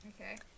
Okay